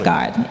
God